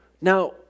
Now